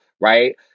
right